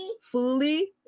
Fully